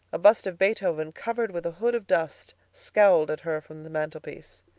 a bust of beethoven, covered with a hood of dust, scowled at her from the mantelpiece.